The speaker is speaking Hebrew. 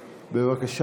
בבקשה,